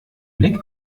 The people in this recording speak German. blick